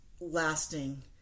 lasting